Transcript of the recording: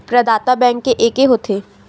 प्रदाता बैंक के एके होथे?